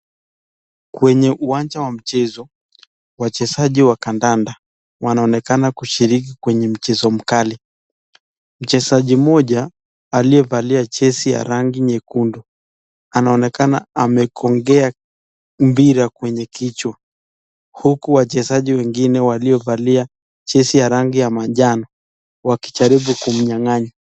Kwenye uwanja wa mchezo, wachezaji wa kandanda wanaonekana kushiriki kwenye mchezo mkali. Mchezaji mmoja aliyevaa jezi ya rangi nyekundu anaonekana amekongea mpira kwenye kichwa huku wachezaji wengine waliovaa jezi ya rangi ya manjano wakijaribu kumnyang'anya.